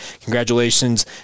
Congratulations